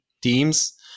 teams